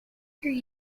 curie